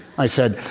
i said,